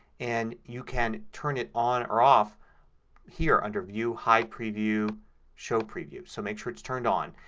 and you can turn it on or off here under view, hide preview show preview. so make sure it's turned on.